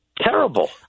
terrible